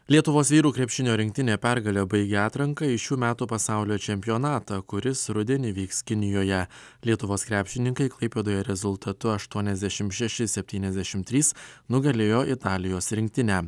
lietuvos vyrų krepšinio rinktinė pergale baigė atranką į šių metų pasaulio čempionatą kuris rudenį vyks kinijoje lietuvos krepšininkai klaipėdoje rezultatu aštuoniasdešimt šeši septyniasdešimt trys nugalėjo italijos rinktinę